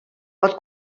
pot